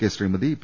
K Sreemathi P